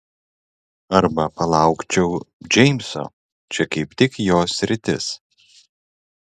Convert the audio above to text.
arba palaukčiau džeimso čia kaip tik jo sritis